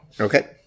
Okay